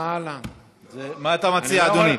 זה משרד החינוך, שתדע.